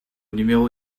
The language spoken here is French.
numéro